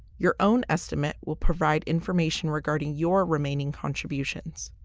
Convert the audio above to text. your own estimate will provide information regarding your remaining contributions.